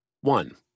One